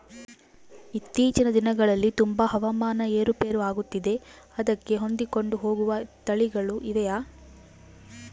ಇತ್ತೇಚಿನ ದಿನಗಳಲ್ಲಿ ತುಂಬಾ ಹವಾಮಾನ ಏರು ಪೇರು ಆಗುತ್ತಿದೆ ಅದಕ್ಕೆ ಹೊಂದಿಕೊಂಡು ಹೋಗುವ ತಳಿಗಳು ಇವೆಯಾ?